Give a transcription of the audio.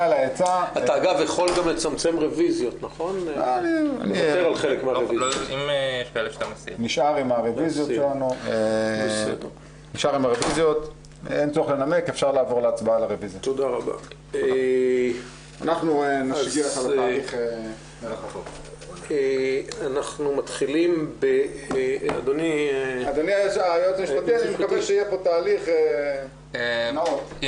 בשעה 15:10.